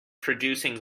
producing